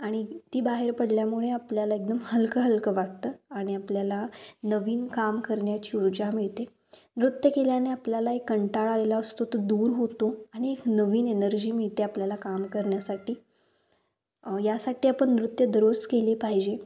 आणि ती बाहेर पडल्यामुळे आपल्याला एकदम हलकं हलकं वाटतं आणि आपल्याला नवीन काम करण्याची उर्जा मिळते नृत्य केल्याने आपल्याला एक कंटाळा आलेला असतो तो दूर होतो आणि एक नवीन एनर्जी मिळते आपल्याला काम करण्यासाठी यासाठी आपण नृत्य दररोज केले पाहिजे